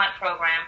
program